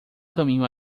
caminho